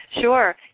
Sure